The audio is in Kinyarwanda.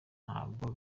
ntabwo